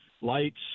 lights